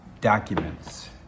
documents